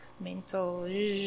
mental